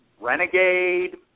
Renegade